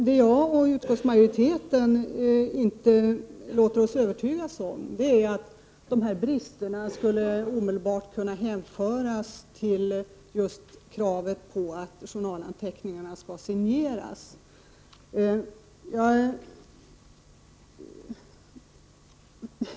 Det som jag och utskottsmajoriteten inte låter oss övertygas om är att bristerna skulle kunna hänföras omedelbart till just kravet att journalanteckningarna skall signeras.